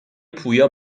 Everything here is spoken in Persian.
پویا